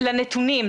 לנתונים.